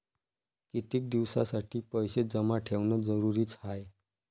कितीक दिसासाठी पैसे जमा ठेवणं जरुरीच हाय?